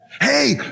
Hey